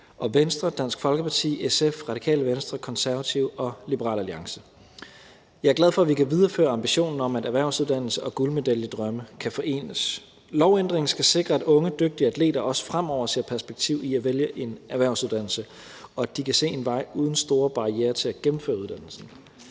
og Venstre, Dansk Folkeparti, SF, Radikale Venstre, Konservative og Liberal Alliance. Jeg er glad for, at vi kan videreføre ambitionen om, at erhvervsuddannelse og guldmedaljedrømme kan forenes. Lovændringen skal sikre, at unge dygtige atleter også fremover ser et perspektiv i at vælge en erhvervsuddannelse, og at de kan se en vej uden store barrierer til at gennemføre uddannelsen.